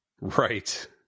Right